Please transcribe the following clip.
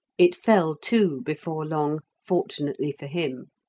it fell, too, before long, fortunately for him.